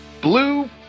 Blue